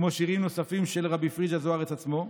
כמו שירים נוספים של רבי פריג'א זוארץ עצמו.